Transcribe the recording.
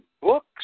books